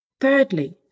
Thirdly